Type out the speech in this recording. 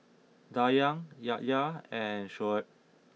Dayang Yahya and Shoaib